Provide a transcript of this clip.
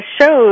shows